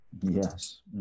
yes